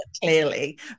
clearly